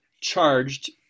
charged